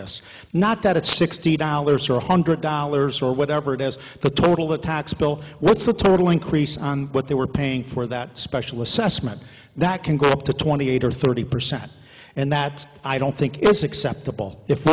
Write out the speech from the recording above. this not that it's sixty dollars or one hundred dollars or whatever it is the total the tax bill what's the total increase on what they were paying for that special assessment that can go up to twenty eight or thirty percent and that i don't think it's acceptable if